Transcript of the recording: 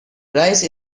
rice